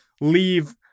leave